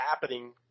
happening